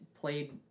played